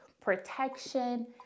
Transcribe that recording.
protection